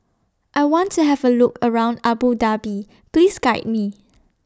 I want to Have A Look around Abu Dhabi Please Guide Me